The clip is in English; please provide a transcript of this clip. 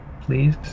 Please